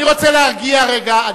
אני רוצה להרגיע רגע.